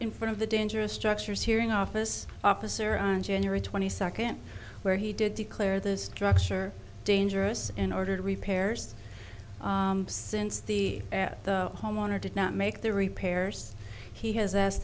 in front of the dangerous structures hearing office officer on january twenty second where he did declare the structure dangerous in order to repairs since the homeowner did not make the repairs he has asked